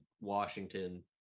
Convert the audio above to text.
Washington